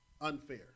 unfair